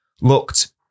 looked